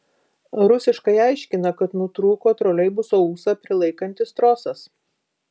rusiškai aiškina kad nutrūko troleibuso ūsą prilaikantis trosas